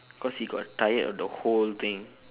because he got tired of the hole thing